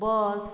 bus